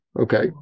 Okay